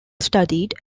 studied